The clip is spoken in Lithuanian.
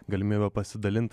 galimybę pasidalint